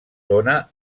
dóna